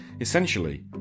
essentially